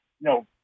No